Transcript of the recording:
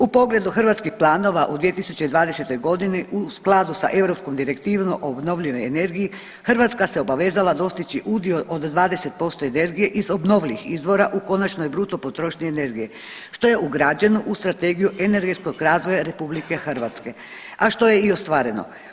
U pogledu hrvatskih planova u 2020.g. u skladu sa europskom Direktivom o obnovljivoj energiji Hrvatska se obavezala dostići udio od 20% energije iz obnovljivih izvora u konačnoj bruto potrošnji energije, što je ugrađeno u Strategiju energetskog razvoja RH, a što je i ostvareno.